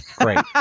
Great